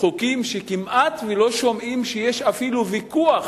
חוקים שכמעט שלא שומעים שיש אפילו ויכוח